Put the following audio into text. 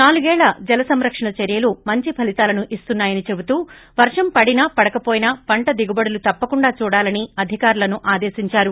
నాలుగేళ్ల జల సంరక్షణ చర్యలు మంచి ఫలితాలను ఇస్తున్నాయని చెబుతూ వర్షం పడినా పడకవోయినా పంట దిగుబడులు తప్పకుండా చూడాలని అధికారులను ఆదేశించారు